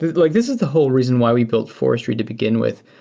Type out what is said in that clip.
like this is the whole reason why we built forestry to begin with,